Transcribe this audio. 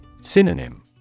Synonym